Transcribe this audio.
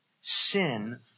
Sin